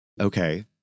Okay